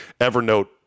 Evernote